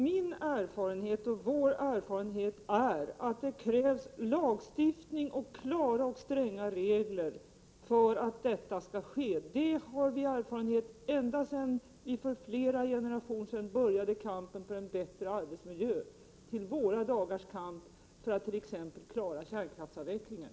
Herr talman! Min erfarenhet är att det krävs lagstiftning och klara och stränga regler för att industrin skall ta något ansvar för miljön. Det har vi erfarenhet av ända sedan vi för flera generationer sedan började kampen för en bättre arbetsmiljö till våra dagars kamp för att t.ex. klara kärnkraftsavvecklingen.